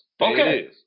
Okay